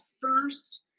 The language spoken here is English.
first